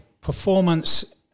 performance